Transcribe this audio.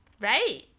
Right